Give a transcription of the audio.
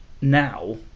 now